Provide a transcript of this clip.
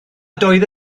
doedd